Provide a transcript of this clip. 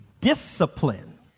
discipline